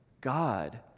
God